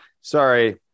sorry